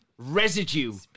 residue